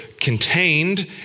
contained